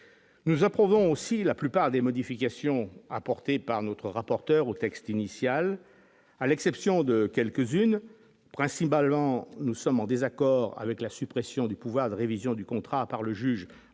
nous approuvons aussi la plupart des modifications apportées par notre rapporteur au texte initial, à l'exception de quelques unes en nous sommes en désaccord avec la suppression du pouvoir de révision du contrat par le juge